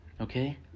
okay